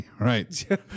Right